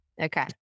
Okay